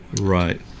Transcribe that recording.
Right